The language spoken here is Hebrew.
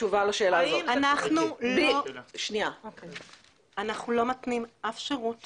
אנחנו לא מתנים אף שירות